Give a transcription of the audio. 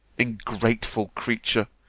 ingrateful creature!